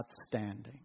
outstanding